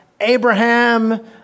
Abraham